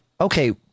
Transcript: okay